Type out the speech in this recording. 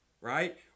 right